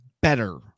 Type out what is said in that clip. better